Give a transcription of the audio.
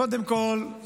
קודם כול,